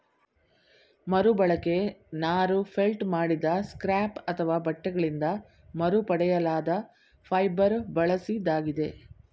ಮರುಬಳಕೆ ನಾರು ಫೆಲ್ಟ್ ಮಾಡಿದ ಸ್ಕ್ರ್ಯಾಪ್ ಅಥವಾ ಬಟ್ಟೆಗಳಿಂದ ಮರುಪಡೆಯಲಾದ ಫೈಬರ್ ಬಳಸಿದಾಗಿದೆ